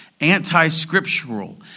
Anti-scriptural